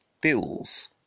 Bills